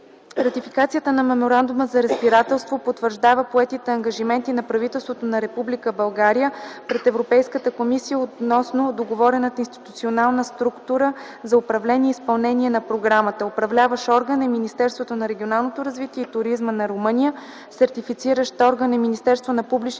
Ратификацията на Меморандума за разбирателство потвърждава поетите ангажименти на правителството на Република България пред Европейската комисия относно договорената институционална структура за управление и изпълнение на Програмата. Управляващ орган е Министерството на регионалното развитие и туризма на Румъния. Сертифициращ орган е Министерството на публичните